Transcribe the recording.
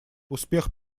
успех